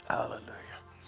Hallelujah